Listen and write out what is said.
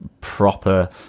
proper